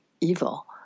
evil